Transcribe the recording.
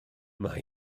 mae